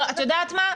את יודעת מה?